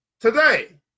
Today